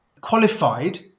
qualified